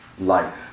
life